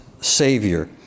Savior